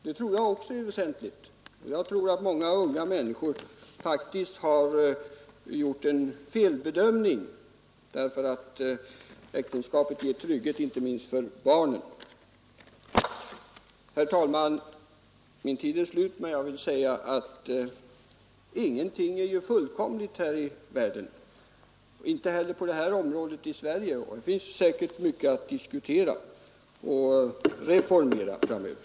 Det anser jag också är väsentligt jag tror att många unga nänniskor faktiskt har gjort en felbedömning när de inte legaliserar sitt sammanboende, därför att äktenskapet ger trygghet inte minst för Herr talman! Min repliktid är slut, men jag vill säga att ingenting är ju fullkomligt här i världen, inte heller på det här området i Sverige, och det finns säkerligen mycket att diskutera och reformera framöver.